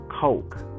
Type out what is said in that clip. Coke